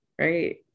right